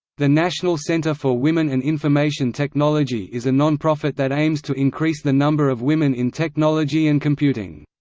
the national center for women and information technology is a nonprofit that aims to increase the number of women in technology and computing.